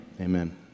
Amen